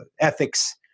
ethics